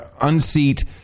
unseat